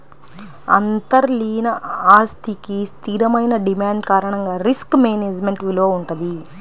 అంతర్లీన ఆస్తికి స్థిరమైన డిమాండ్ కారణంగా రిస్క్ మేనేజ్మెంట్ విలువ వుంటది